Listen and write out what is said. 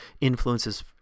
influences